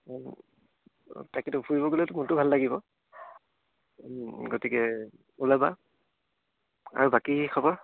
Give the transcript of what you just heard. অঁ তাকেতো ফুৰিব গ'লেতো মোৰতো ভাল লাগিব গতিকে ওলাবা আৰু বাকী খবৰ